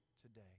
today